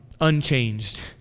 unchanged